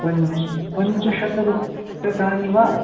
पञ्च् पञ्चशतरूप्यकाणि वा